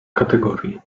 kategorii